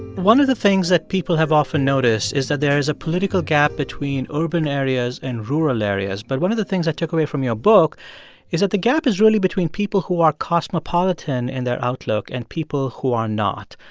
one of the things that people have often noticed is that there is a political gap between urban areas and rural areas. but one of the things i took away from your book is that the gap is really between people who are cosmopolitan in their outlook and people who are not.